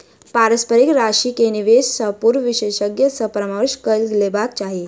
पारस्परिक राशि के निवेश से पूर्व विशेषज्ञ सॅ परामर्श कअ लेबाक चाही